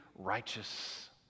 Righteous